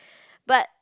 but